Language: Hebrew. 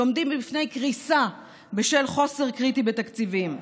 שעומדים בפני קריסה בשל חוסר קריטי בתקציבים.